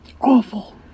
Awful